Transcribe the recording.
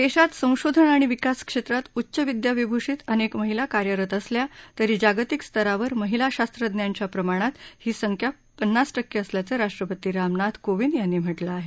देशात संशोधन आणि विकास क्षेत्रात उच्चविदयाविभूषित अनेक महिला कार्यरत असल्या तरी जागतिक स्तरावर महिला शास्त्रज्ञांच्या प्रमाणात ही संख्या पन्नास टक्के असल्याचं राष्ट्रपती रामनाथ कोविंद यांनी म्हटलं आहे